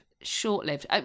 Short-lived